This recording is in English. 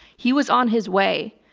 he was on his way.